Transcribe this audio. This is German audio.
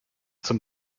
zum